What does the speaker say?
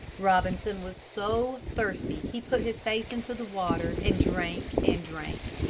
robinson was so thirsty he put his face into the water and drank and drank.